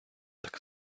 так